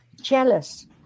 jealous